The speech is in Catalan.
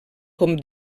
com